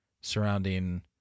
surrounding